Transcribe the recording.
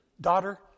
daughter